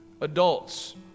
adults